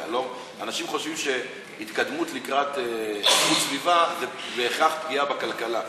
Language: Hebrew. אנשים חושבים שהתקדמות לקראת הגנת הסביבה זה בהכרח פגיעה בכלכלה.